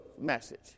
message